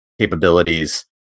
capabilities